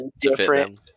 different